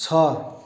छ